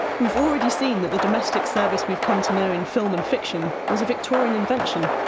we've already seen that the domestic service we've come to know in film and fiction was a victorian invention,